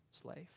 slave